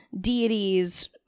deities